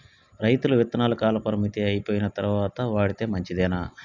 రైతులు విత్తనాల కాలపరిమితి అయిపోయిన తరువాత వాడితే మంచిదేనా?